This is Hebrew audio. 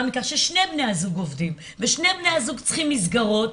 מכך ששני בני הזוג עובדים ושני בני הזוג צריכים מסגרות,